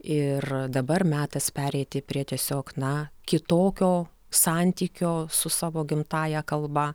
ir dabar metas pereiti prie tiesiog na kitokio santykio su savo gimtąja kalba